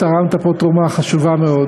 תרמת פה תרומה חשובה מאוד